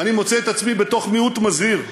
אני מוצא את עצמי בתוך מיעוט מזהיר.